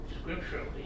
scripturally